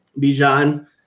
Bijan